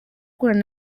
guhura